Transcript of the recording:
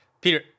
Peter